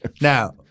Now